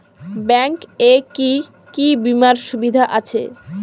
Bank এ কি কী বীমার সুবিধা আছে?